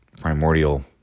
primordial